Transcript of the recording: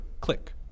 click